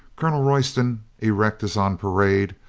colonel roy ston, erect as on parade,